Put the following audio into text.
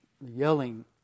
yelling